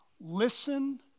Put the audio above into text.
listen